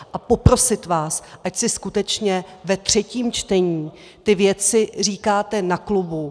A poprosit vás, ať si skutečně ve třetím čtení ty věci říkáte na klubu.